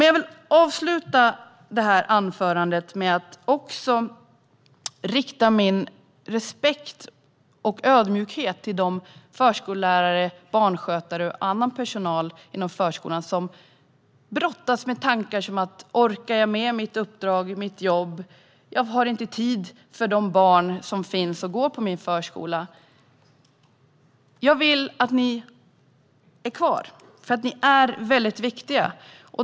Jag vill avsluta mitt anförande med att också rikta min respekt och ödmjukhet direkt till de förskollärare, barnskötare och annan personal inom förskolan som brottas med tankar om huruvida de orkar med sitt uppdrag och sitt jobb. De känner kanske att de inte har tid för de barn som går på deras förskola. Jag vill att ni finns kvar, för ni är väldigt viktiga.